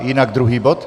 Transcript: Jinak druhý bod?